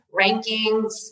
rankings